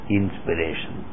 inspiration